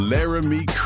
Laramie